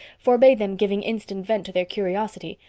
forbade them giving instant vent to their curiosity,